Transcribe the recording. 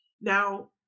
Now